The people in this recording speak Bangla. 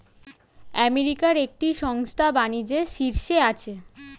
আমেরিকার একটি সংস্থা বাণিজ্যের শীর্ষে আছে